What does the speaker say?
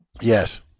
Yes